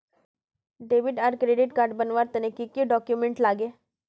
Debit आर credit card बनवार तने की की डॉक्यूमेंट लागे?